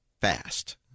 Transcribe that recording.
fast